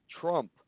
Trump